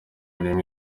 n’imwe